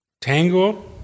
Tango